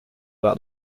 about